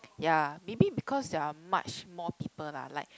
ya maybe because there are much more people lah like